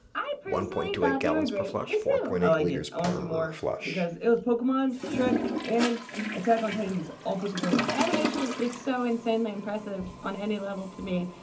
i personally thought they were great. me too. i like it. i want to more because it was pokemon, shrek, and attack on titans all put together. animation is so insanely impressive on any level to me,